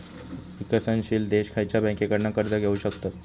विकसनशील देश खयच्या बँकेंकडना कर्ज घेउ शकतत?